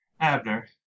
Abner